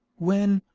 when,